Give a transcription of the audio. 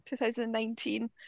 2019